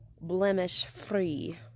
blemish-free